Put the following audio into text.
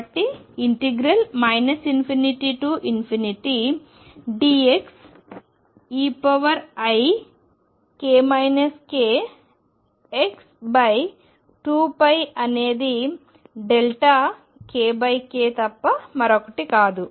కాబట్టి ∞dxeik kx2π అనేది δk k తప్ప మరొకటి కాదు